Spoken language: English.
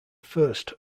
first